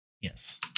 Yes